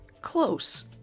close